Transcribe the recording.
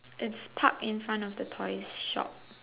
it's park in front of the toy shop